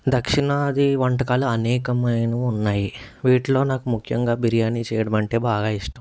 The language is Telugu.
దక్షిణాది వంటకాలు అనేకమైనవి ఉన్నాయి వీటిలో నాకు ముఖ్యంగా బిర్యానీ చేయడం అంటే బాగా ఇష్టం